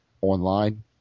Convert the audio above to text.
online